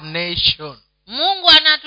nation